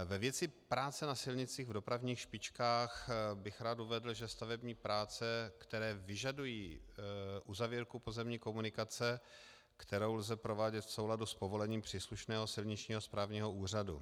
Ve věci práce na silnicích v dopravních špičkách bych rád uvedl, že stavební práce, které vyžadují uzavírku pozemní komunikace, kterou lze provádět v souladu s povolením příslušného silničního správního úřadu.